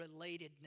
relatedness